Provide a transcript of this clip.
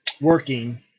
working